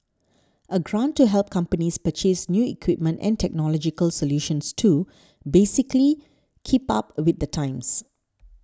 a grant to help companies purchase new equipment and technological solutions to basically keep up with the times